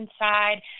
inside